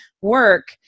work